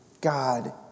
God